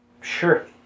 Sure